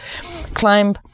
climb